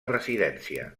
residència